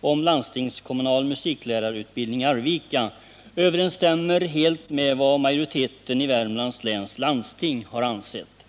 om landstingskommunal musiklärarutbildning i Arvika, överensstämmer helt med vad majoriteten i Värmlands läns landsting har ansett.